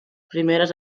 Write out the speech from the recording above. primeres